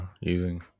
using